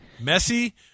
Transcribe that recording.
Messy